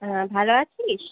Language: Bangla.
হ্যাঁ ভালো আছিস